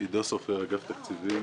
אני מאגף התקציבים.